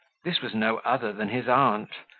this was no other than his aunt,